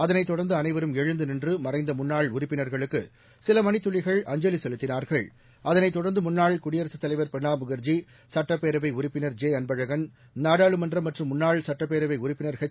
அதளை தோடர்ந்து அனைவரும் எடந்தநின்றி மறைந்த முன்னாள் உறுப்பினர்களுக்கு சில மனித்தளிகள் அஹ்சலி சேலுத்தினார்கள் அதளை தோடர்ந்து முன்னாள் குயெரசு தலைவர் பிரணாப் முகரி சட்டப்குபரவை உறுப்பினர் ரே அன்படிகன் நாடாளுமன்ற மற்றும் முன்னாள் சட்டப்சூபரவை உறுப்பினர் எச்